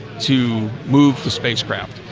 to move the spacecraft,